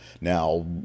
Now